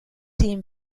team